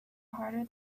harder